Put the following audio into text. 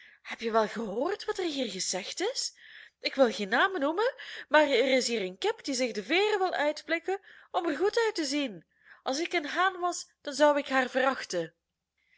heb je wel gehoord wat er hier gezegd is ik wil geen namen noemen maar er is hier een kip die zich de veeren wil uitplukken om er goed uit te zien als ik een haan was dan zou ik haar verachten